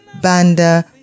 Banda